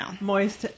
moist